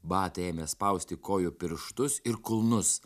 batai ėmė spausti kojų pirštus ir kulnus